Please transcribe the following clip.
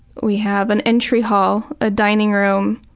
we have an entry hall, a dining room,